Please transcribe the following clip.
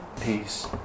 peace